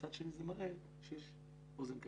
מצד שני זה מראה שיש אוזן קשבת.